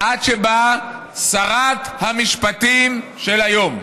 עד שבאה שרת המשפטים של היום,